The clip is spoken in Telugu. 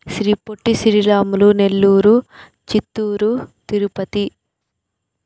శ్రీ పొట్టి శ్రీరాములు నెల్లూరు చిత్తూరు తిరుపతి